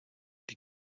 die